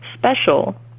special